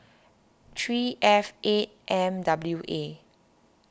three F eight M W A